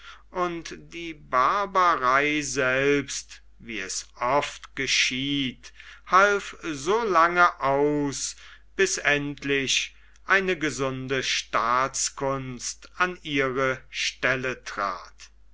und die barbarei selbst wie es oft geschieht half so lauge aus bis endlich eine gesunde staatskunst an ihre stelle trat